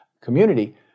community